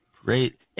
Great